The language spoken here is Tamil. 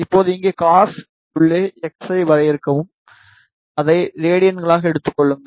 இப்போது இங்கே cos உள்ளே x ஐ வரையறுக்கவும் அதை ரேடியன்களாக எடுத்துக்கொள்ளுங்கள்